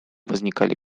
возникали